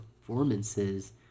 performances